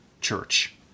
church